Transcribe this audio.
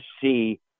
see